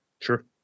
Sure